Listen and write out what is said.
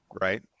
right